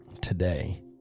today